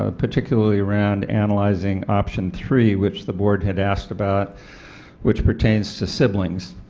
ah particularly around analyzing option three which the board had asked about which pertains to siblings.